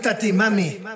mami